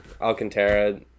Alcantara